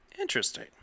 Interesting